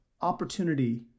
opportunity